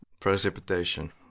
Precipitation